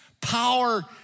power